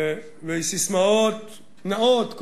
ססמאות נאות,